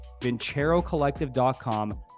vincerocollective.com